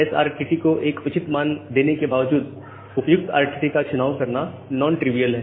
SRTT को एक उचित मान देने के बावजूद उपायुक्त RTO का चुनाव करना नॉन ट्रीविअल है